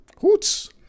Hoots